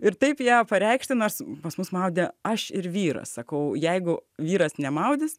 ir taip ją pareikšti nors pas mus maudė aš ir vyras sakau jeigu vyras nemaudys